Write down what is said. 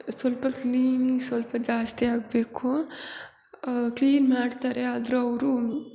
ಸ್ವಲ್ಪ ಕ್ಲೀನಿ ಸ್ವಲ್ಪ ಜಾಸ್ತಿ ಆಗಬೇಕು ಕ್ಲೀನ್ ಮಾಡ್ತಾರೆ ಆದರೂ ಅವರು